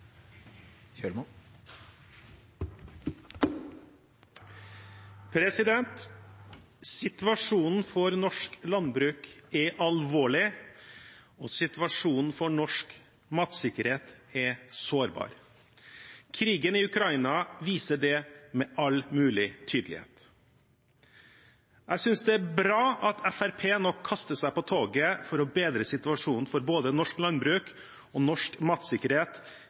alvorlig, og situasjonen for norsk matsikkerhet er sårbar. Krigen i Ukraina viser det med all mulig tydelighet. Jeg synes det er bra at Fremskrittspartiet nå kaster seg på toget for å bedre situasjonen for både norsk landbruk og norsk matsikkerhet,